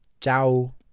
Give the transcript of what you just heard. Ciao